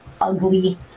ugly